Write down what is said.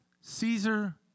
Caesar